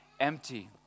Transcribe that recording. empty